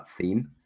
theme